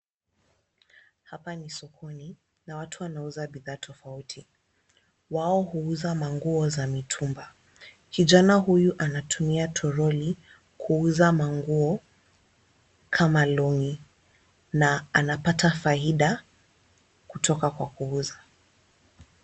Hapa ni sokoni na watu wanauza bidhaa tofauti. Wao huuza manguo za mitumba . Kijana huyu anatumia toroli kuuza manguo kama long'i na anapata faida kutoka kwa kuuza.